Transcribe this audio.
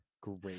Great